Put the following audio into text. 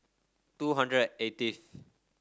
two hundred and eighth